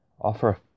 Offer